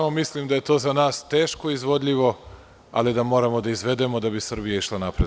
Mislim da je to za nas teško izvodljivo, ali da moramo da izvedemo da bi Srbija mogla da ide napred.